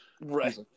right